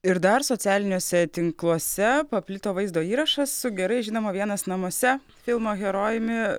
ir dar socialiniuose tinkluose paplito vaizdo įrašas su gerai žinoma vienas namuose filmo herojumi